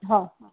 हा हा